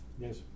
Yes